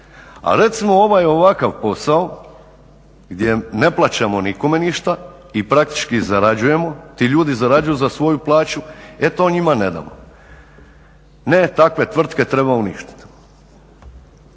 a recimo ovaj ovakav posao gdje ne plaćamo nikome ništa i praktički zarađujemo, ti ljudi zarađuju za svoju plaću, e to njima ne damo. Takve tvrtke treba uništiti.